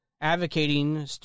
advocating